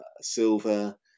silver